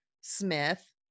smith